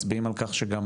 מצביעים על כך שגם